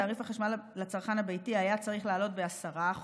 תעריף החשמל לצרכן הביתי היה צריך לעלות ב-10%,